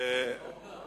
מה השאלה?